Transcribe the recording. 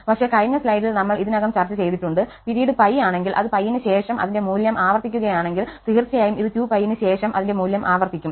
പക്ഷേ കഴിഞ്ഞ സ്ലൈഡിൽ നമ്മൾ ഇതിനകം ചർച്ച ചെയ്തിട്ടുണ്ട് പിരീഡ് π ആണെങ്കിൽ അത് π ന് ശേഷം അതിന്റെ മൂല്യം ആവർത്തിക്കുകയാണെങ്കിൽതീർച്ചയായും ഇത് 2π ന് ശേഷം അതിന്റെ മൂല്യം ആവർത്തിക്കും